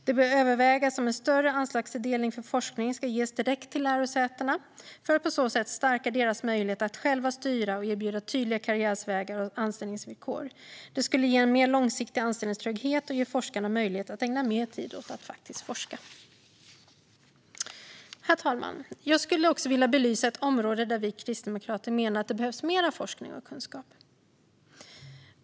Det bör övervägas om en större anslagstilldelning för forskning ska ges direkt till lärosätena för att på så sätt stärka deras möjlighet att själva styra och erbjuda tydligare karriärvägar och anställningsvillkor. Det skulle ge en mer långsiktig anställningstrygghet och ge forskarna möjlighet att ägna mer tid åt att faktiskt forska. Herr talman! Jag skulle också vilja belysa ett område där vi kristdemokrater menar att det behövs mer forskning och kunskap.